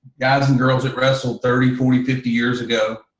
guys and girls that wrestle thirty, forty, fifty years ago,